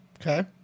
Okay